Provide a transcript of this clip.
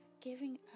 giving